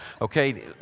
Okay